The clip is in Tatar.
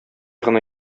гына